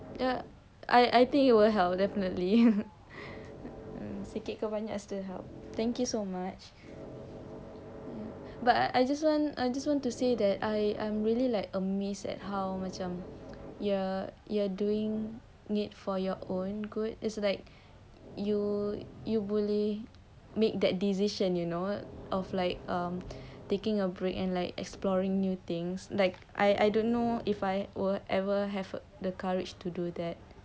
ya I I think it will help definitely sikit ke banyak still help thank you so much but I just want I just want to say that I I'm really like amazed at how macam you're doing it for your own good it's like you you boleh make that decision you know of like um taking a break and like exploring new things like I I don't know if I were ever have the courage to do that